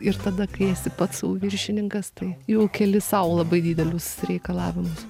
ir tada kai esi pats sau viršininkas tai jau keli sau labai didelius reikalavimus